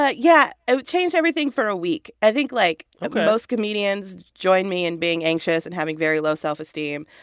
ah yeah, it changed everything for a week. i think, like, like most comedians join me in being anxious and having very low self-esteem,